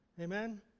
Amen